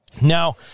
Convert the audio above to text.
Now